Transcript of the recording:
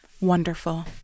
Wonderful